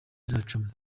bizacamo